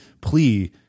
plea